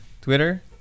Twitter